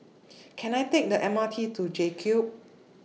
Can I Take The M R T to JCube